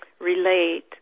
relate